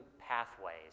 pathways